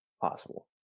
possible